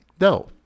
no